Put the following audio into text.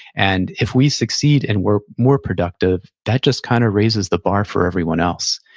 and if we succeed, and we're more productive, that just kind of raises the bar for everyone else.